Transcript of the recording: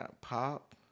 pop